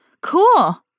Cool